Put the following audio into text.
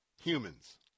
humans